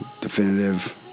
Definitive